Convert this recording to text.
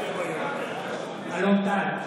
בעד אלון טל,